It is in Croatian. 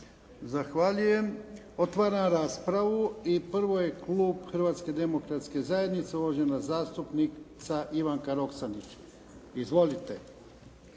Zahvaljujem. Otvaram raspravu. Prvo je klub Hrvatske demokratske zajednice uvažena zastupnica Ivanka Roksandić. Izvolite.